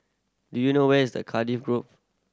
do you know where is the Cardifi Grove